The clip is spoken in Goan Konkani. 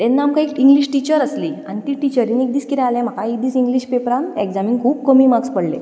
तेन्ना आमकां एक इंग्लीश टिचर आसली आनी ती टिचरीन एक दीस कितें जालें म्हाका एक दीस इंग्लीश पेपरांत एक्जामींत खूब कमी मार्क्स पडले